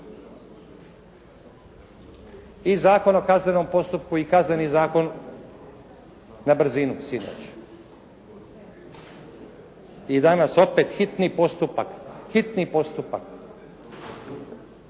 I Zakon o kaznenom postupku i Kazneni zakon na brzinu sinoć. I danas opet hitni postupak, hitni postupak.